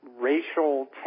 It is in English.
racial